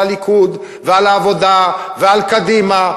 על הליכוד ועל העבודה ועל קדימה,